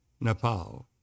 Nepal